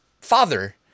father